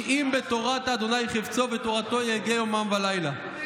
כי אם בתורת ה' חפצו ובתורתו יהגה יומם ולילה." אמן.